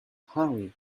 hurry